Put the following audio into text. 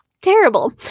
terrible